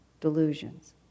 Delusions